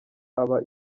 aba